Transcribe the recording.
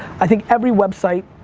i think every website,